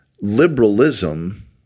liberalism